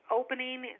opening